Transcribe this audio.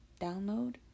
download